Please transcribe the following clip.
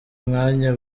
myanya